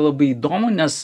labai įdomu nes